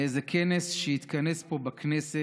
באיזה כנס שהתכנס פה בכנסת,